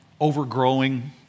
overgrowing